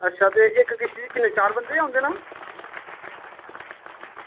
अच्छा ते इक किश्ती किन्ने चार बंदे ई औंदे न